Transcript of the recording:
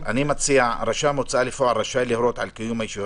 אני מציע: רשם ההוצאה לפועל רשאי להורות על קיום הישיבה